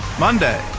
monday.